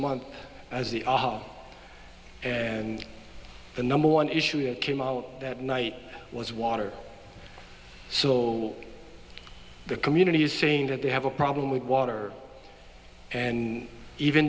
month as the and the number one issue it came on that night was water so the community is saying that they have a problem with water and even